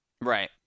Right